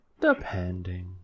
depending